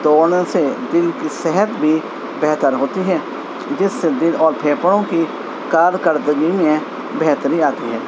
دوڑنے سے دل کی صحت بھی بہتر ہوتی ہے جس سے دل اور پھیپھڑوں کی کارکردگی میں بہتری آتی ہے